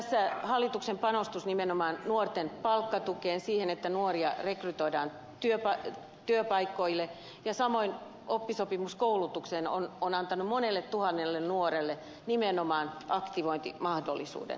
tässä hallituksen panostus nimenomaan nuorten palkkatukeen siihen että nuoria rekrytoidaan työpaikoille samoin oppisopimuskoulutukseen on antanut monelle tuhannelle nuorelle nimenomaan aktivointimahdollisuuden